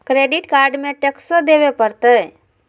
Credit card में टेक्सो देवे परते?